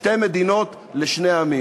שתי מדינות לשני עמים.